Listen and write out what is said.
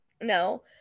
No